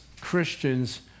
Christians